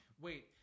wait